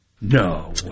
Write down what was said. No